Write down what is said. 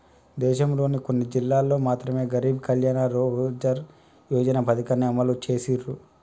దేశంలోని కొన్ని జిల్లాల్లో మాత్రమె గరీబ్ కళ్యాణ్ రోజ్గార్ యోజన పథకాన్ని అమలు చేసిర్రు